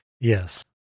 Yes